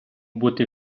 бути